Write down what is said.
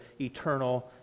eternal